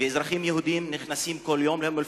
ואזרחים יהודים נכנסים כל יום לאום-אל-פחם.